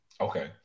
Okay